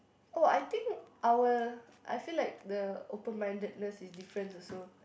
oh I think our I feel like the open mindedness is different also